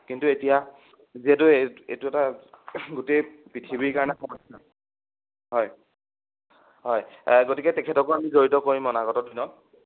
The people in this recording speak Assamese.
কিন্তু এতিয়া যিহেতু এইটো এটা গোটেই পৃথিৱীৰ কাৰণে হয় হয় গতিকে তেখেতকো আমি জড়িত কৰিম আগত দিনত